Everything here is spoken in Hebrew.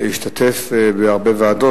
שהשתתף בהרבה ועדות,